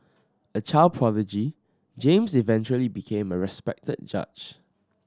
a child prodigy James eventually became a respected judge